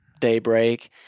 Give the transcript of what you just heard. Daybreak